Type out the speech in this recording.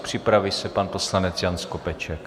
Připraví se pan poslanec Jan Skopeček.